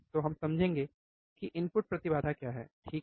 तो हम समझेंगे कि इनपुट प्रति बाधा क्या है ठीक है